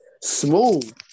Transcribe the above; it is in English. smooth